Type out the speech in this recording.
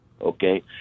okay